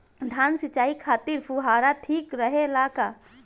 धान सिंचाई खातिर फुहारा ठीक रहे ला का?